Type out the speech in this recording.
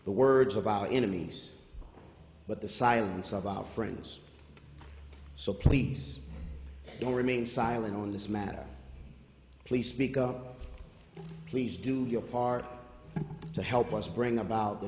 the words of our enemies but the silence of our friends so please don't remain silent on this matter please speak up please do your part to help us bring about the